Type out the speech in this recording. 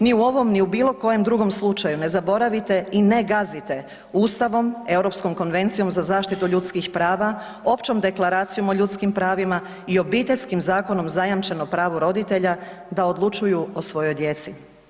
Ni u ovom, ni u bilo kojem drugom slučaju ne zaboravite i ne gazite ustavom, Europskom konvencijom za zaštitu ljudskih prava, Općom deklaracijom o ljudskim pravima i Obiteljskim zakonom zajamčeno pravo roditelja da odlučuju o svojoj djeci.